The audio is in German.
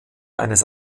eines